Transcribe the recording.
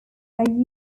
are